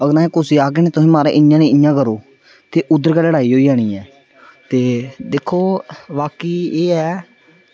ते तुस अगर कुसै आक्खगे निं म्हाराज इ'यां निं इ'यां करो ते उद्धर गै लड़ाई होई जानी ऐ ते दिक्खो बाकी एह् ऐ